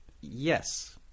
Yes